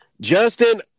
Justin